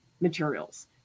materials